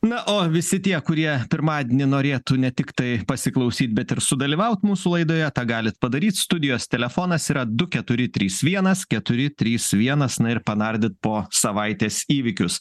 na o visi tie kurie pirmadienį norėtų ne tiktai pasiklausyt bet ir sudalyvaut mūsų laidoje tą galit padaryt studijos telefonas yra du keturi trys vienas keturi trys vienas na ir panardyt po savaitės įvykius